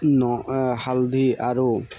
ন হালধি আৰু